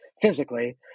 physically